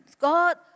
God